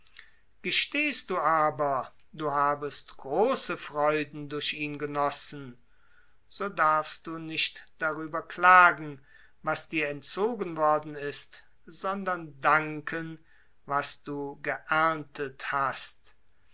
gestehst du aber du habest große freunden genossen so darfst du nicht darüber klagen was dir entzogen worden ist sondern danken was du geerntet hast